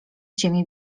ciemię